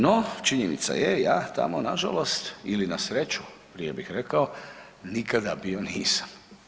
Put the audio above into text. No, činjenica je, ja tamo nažalost ili na sreću prije bih rekao, nikada bio nisam.